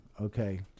Okay